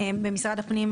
במשרד הפנים,